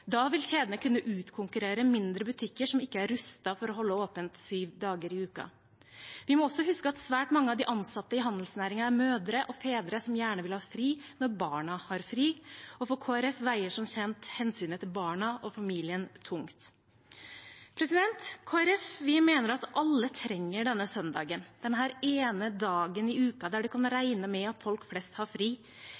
Da vil kjedene kunne utkonkurrere mindre butikker som ikke er rustet for å holde åpent syv dager i uka. Vi må også huske at svært mange av de ansatte i handelsnæringen er mødre og fedre som gjerne vil ha fri når barna har fri, og for Kristelig Folkeparti veier som kjent hensynet til barna og familien tungt. Kristelig Folkeparti mener at alle trenger søndagen, denne ene dagen i uka der man kan